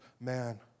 man